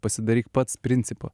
pasidaryk pats principu